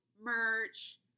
merch